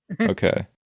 Okay